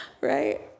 right